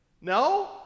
No